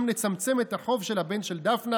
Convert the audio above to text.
גם נצמצם את החוב של הבן של דפנה,